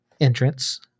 entrance